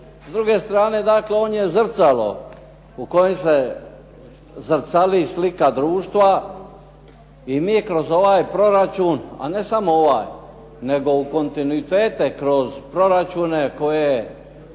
S druge strane on je zrcalo u kojem se zrcali slika društva i mi kroz ovaj proračun i ne samo ovaj, nego u kontinuitete kroz proračune koje